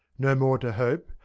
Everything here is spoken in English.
no more to hope,